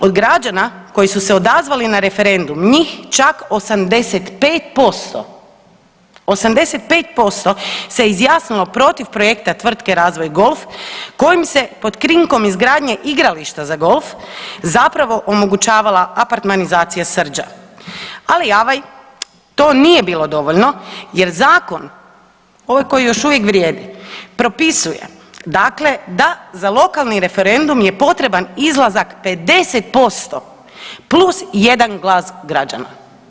Od građana koji su se odazvali na referendum, njih čak 85%, 85% se izjasnilo protiv projekta tvrtke Razvoj golf kojim se pod krinkom izgradnje igrališta za golf zapravo omogućavala apartmanizacija Srđa, ali … [[Govornik se ne razumije]] to nije bilo dovoljno jer zakon, ovaj koji još uvijek vrijedi, propisuje dakle da za lokalni referendum je potreban izlazak 50% plus jedan glas građana.